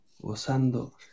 gozando